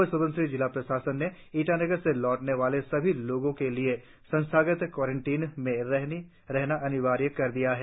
अपर स्बनसिरी जिला प्रशासन ने ईटानगर से लौटने वाले सभी लोगों के लिए संस्थागत क्वारेंटीन में रहना अनिवार्य कर दिया है